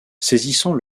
saisissant